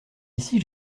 ici